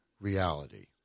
reality